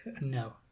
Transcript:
No